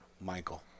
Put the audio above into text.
Michael